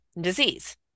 disease